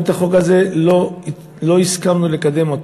אנחנו את החוק הזה לא הסכמנו לקדם.